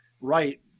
right